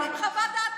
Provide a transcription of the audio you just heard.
ואז נותנים חוות דעת,